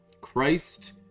Christ